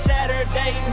Saturday